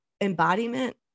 embodiment